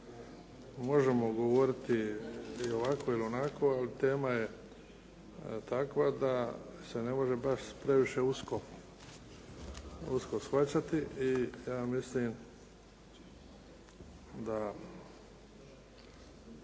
možemo govoriti ili ovako ili onako ali tema je takva da se ne može baš previše usko shvaćati i ja mislim da